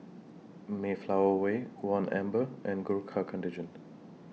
Mayflower Way one Amber and Gurkha Contingent